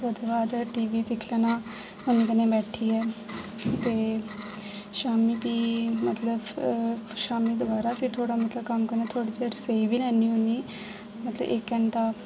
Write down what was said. ओह्दे बाद टीवी दिक्खी लैना मम्मी कन्नै बेठियै ते शामी फ्ही मतलब शामी दोबारा फिर थोह्ड़ा मतलब कम्म करना थोह्ड़ा चिर सेई बी लैन्नी होन्नी मतलब इक घैंटा